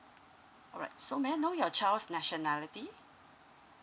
alright so may I know your child's nationality